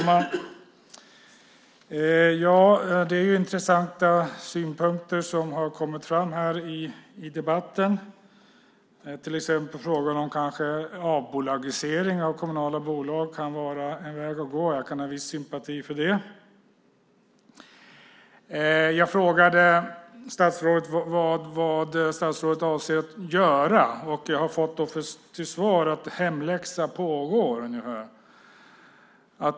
Fru talman! Det är intressanta synpunkter som har kommit fram här i debatten. Det gäller till exempel frågan om avbolagisering av kommunala bolag kanske kan vara en väg att gå. Jag kan ha en viss sympati för det. Jag frågade statsrådet vad statsrådet avser att göra. Jag har fått till svar ungefär att hemläxa pågår.